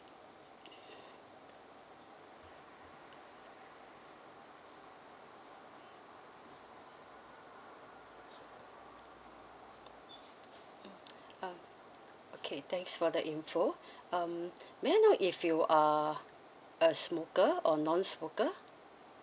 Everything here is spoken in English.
mm uh okay thanks for the info um may I know if you are a smoker or non-smoker